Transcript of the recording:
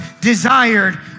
desired